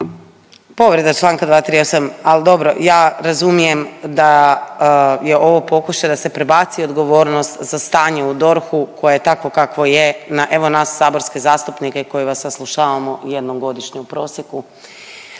povreda čl. 238, ali dobro, ja razumijem da je ovo pokušaj da se prebaci odgovornost za stanje u DORH-u koje je takvo kakvo je na, evo, nas saborske zastupnike koji vas saslušavamo jednom godišnje u prosjeku,